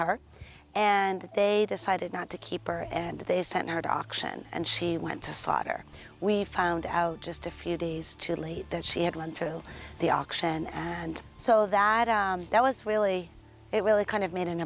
her and they decided not to keep her and they sent her to auction and she went to slaughter we found out just a few days too late that she had learned through the auction and so that that was really it will it kind of made an